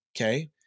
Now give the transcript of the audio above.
Okay